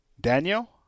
Daniel